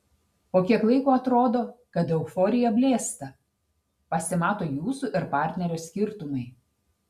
po kiek laiko atrodo kad euforija blėsta pasimato jūsų ir partnerio skirtumai